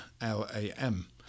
L-A-M